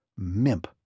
Mimp